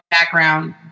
background